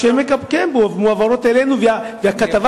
כן, מועברות אלינו, והכתבה